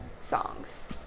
songs